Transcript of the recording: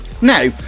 now